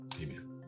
Amen